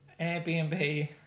Airbnb